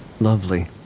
Lovely